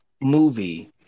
movie